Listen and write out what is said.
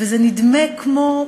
וזה נדמה כמו נצח.